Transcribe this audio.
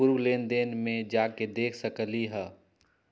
पूर्व लेन देन में जाके देखसकली ह?